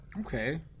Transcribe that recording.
Okay